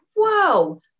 Whoa